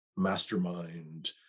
mastermind